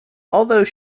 although